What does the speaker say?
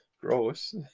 Gross